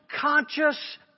conscious